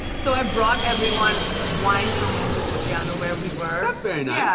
so i brought everyone wine from montepulciano, where we were. that's very nice. yeah.